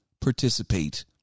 participate